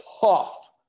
tough